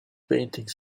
paintings